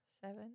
Seven